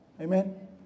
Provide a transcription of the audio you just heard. Amen